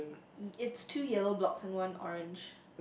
it's two yellow blocks and one orange